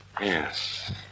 Yes